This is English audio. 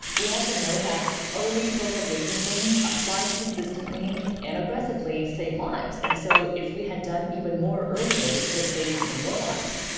we also know that early social distancing applied consistently and aggressively save lives. and so if we had done even more earlier, we could have saved even more lives.